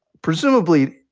presumably,